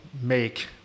make